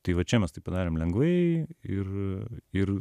tai vat čia mes taip padarėm lengvai ir ir